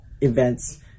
events